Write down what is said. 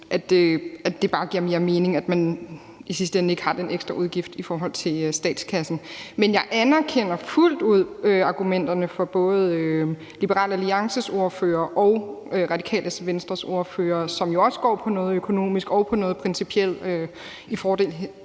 at det bare giver mere mening, at man i sidste ende ikke har den ekstra udgift, i forhold til statskassen. Men jeg anerkender fuldt ud argumenterne fra både Liberal Alliances ordfører og Radikale Venstres ordfører, som jo også går på noget økonomisk og på noget principielt i forhold